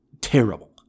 terrible